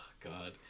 god